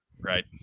Right